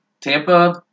Tampa